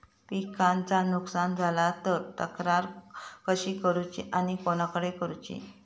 पिकाचा नुकसान झाला तर तक्रार कशी करूची आणि कोणाकडे करुची?